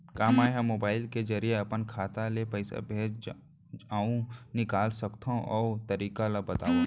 का मै ह मोबाइल के जरिए अपन खाता ले पइसा भेज अऊ निकाल सकथों, ओ तरीका ला बतावव?